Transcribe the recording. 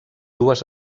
dues